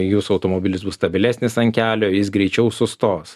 jūsų automobilis bus stabilesnis ant kelio jis greičiau sustos